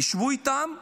יישבו איתם,